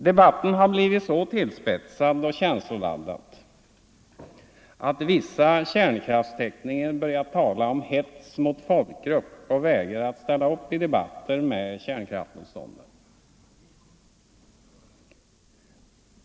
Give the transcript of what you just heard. Debatten har blivit så tillspetsad och känsloladdad att vissa kärnkraftstekniker börjar tala om hets mot folkgrupp och vägrar ställa upp i debatter med kärnkraftsmotståndare.